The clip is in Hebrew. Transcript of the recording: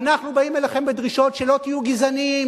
אנחנו באים אליכם בדרישות, שלא תהיו גזענים.